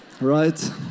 right